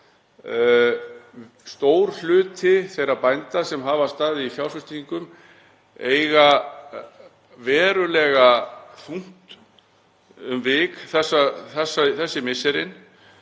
stór hluti þeirra bænda sem hafa staðið í fjárfestingum eiga verulega þungt um vik þessi misserin